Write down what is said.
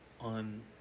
on